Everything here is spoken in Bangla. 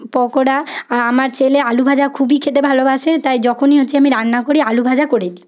পকোড়া আর আমার ছেলে আলুভাজা খুবই খেতে ভালোবাসে তাই যখনই হচ্ছে আমি রান্না করি আলুভাজা করে দিই